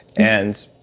and,